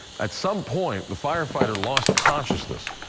at some point, the firefighter lost consciousness.